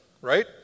right